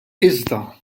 iżda